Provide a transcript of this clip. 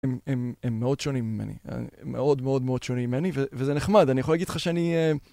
הם מאוד שונים ממני, מאוד מאוד מאוד שונים ממני, וזה נחמד, אני יכול להגיד לך שאני...